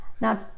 now